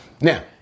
Now